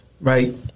right